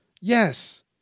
Yes